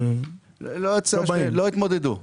לא התמודדו.